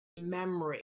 memory